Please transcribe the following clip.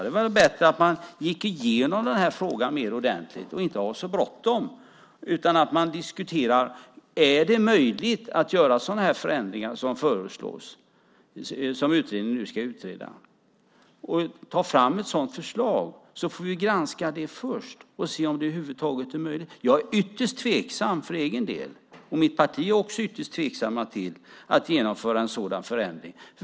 Det vore väl bättre att man gick igenom den här frågan mer ordentligt och inte hade så bråttom utan diskuterade om det är möjligt att göra sådana förändringar som utredningen nu ska titta på. Ta fram ett sådant förslag, så får vi granska det först och se om det över huvud taget är möjligt! Jag är ytterst tveksam för egen del, och mitt parti är också ytterst tveksamt till att genomföra en sådan förändring.